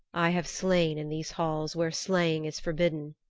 i have slain in these halls where slaying is forbidden,